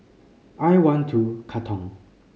I One Two Katong